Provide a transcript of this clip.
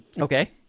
Okay